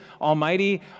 almighty